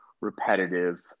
repetitive